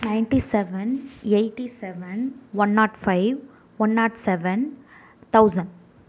ninety seven eighty seven one not five one not seven thousand